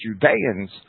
Judeans